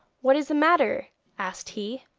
what is the matter asked he,